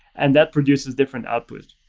and that produces different output.